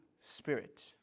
spirit